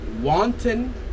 wanton